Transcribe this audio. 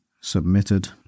submitted